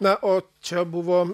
na o čia buvo